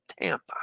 Tampa